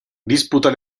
disputa